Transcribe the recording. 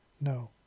No